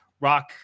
Rock